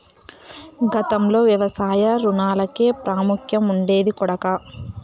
గతంలో వ్యవసాయ రుణాలకే ప్రాముఖ్యం ఉండేది కొడకా